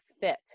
fit